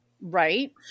Right